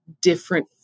different